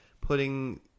putting